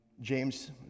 James